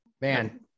Man